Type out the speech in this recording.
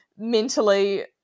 mentally